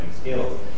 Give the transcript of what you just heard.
skills